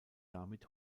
damit